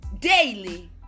daily